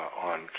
on